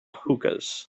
hookahs